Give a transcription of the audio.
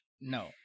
No